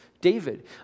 David